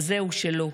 אז זהו, שלא.